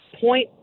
point